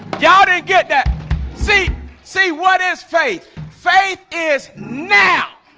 y'all didn't get that see see what is faith faith is now